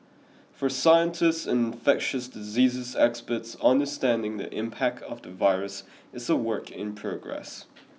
for scientists and infectious diseases experts understanding the impact of the virus is a work in progress